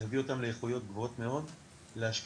להביא אותם לאיכויות גדולות מאוד להשקיה,